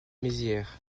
mézières